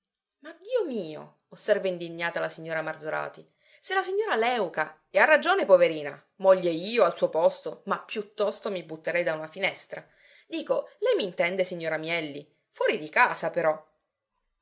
ma dio mio osserva indignata la signora marzorati se la signora léuca e ha ragione poverina moglie io al suo posto ma piuttosto mi butterei da una finestra dico lei m'intende signora mielli fuori di casa però